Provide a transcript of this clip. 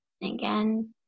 again